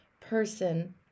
person